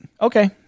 okay